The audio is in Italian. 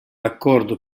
raccordo